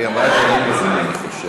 היא אמרה את זה על ליברמן, אני חושב.